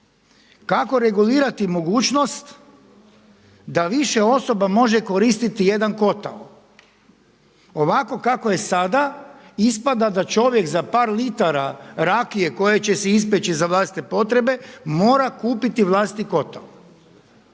kako regulirati mogućnost da više osoba može koristiti jedan kotao. Ovako kako je sada ispada da čovjek za par litara rakije koju će si ispeći za vlastite potrebe mora kupiti vlastiti kotao.